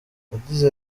yagize